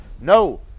No